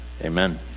Amen